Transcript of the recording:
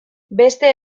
beste